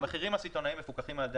המחירים הסיטונאים מפוקחים על ידי